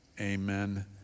amen